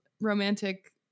romantic